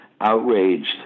outraged